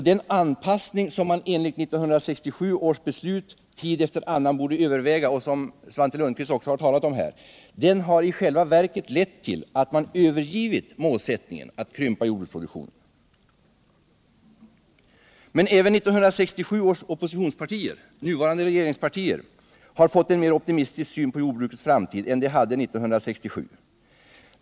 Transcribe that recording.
Den anpassning som man enligt 1967 års beslut ”tid efter annan” borde överväga och som Svante Lundkvist också har talat om här har i själva verket lett fram till att man övergivit målsättningen att krympa jordbruksproduktionen. Men även 1967 års oppositionspartier — nuvarande regeringspartier — har fått en mer optimistisk syn på jordbrukets framtid än de hade 1967.